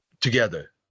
together